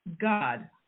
God